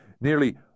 nearly